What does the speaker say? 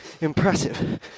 impressive